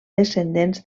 descendents